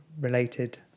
related